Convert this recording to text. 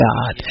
God